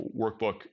Workbook